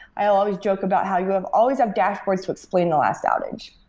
i always joke about how you have always have dashboards to explain the last outage.